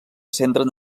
centren